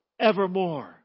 evermore